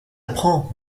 prends